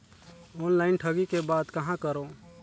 Online ठगी के बाद कहां करों?